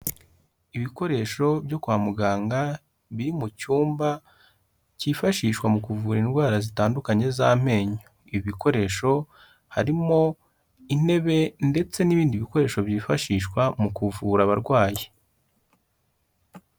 Ibikoresho byo kwa muganga, biri mu cyumba cyifashishwa mu kuvura indwara zitandukanye z'amenyo, ibi bikoresho harimo intebe ndetse n'ibindi bikoresho byifashishwa mu kuvura abarwayi.